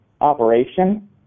operation